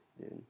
dude